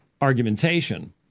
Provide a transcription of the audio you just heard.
argumentation